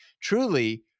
truly